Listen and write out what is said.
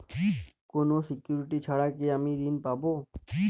কোনো সিকুরিটি ছাড়া কি আমি ঋণ পাবো?